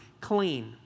clean